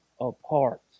apart